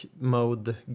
mode